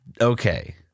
Okay